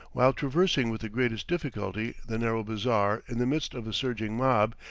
while traversing with the greatest difficulty the narrow bazaar in the midst of a surging mob,